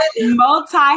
multi